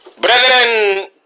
brethren